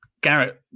Garrett